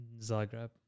Zagreb